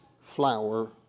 flour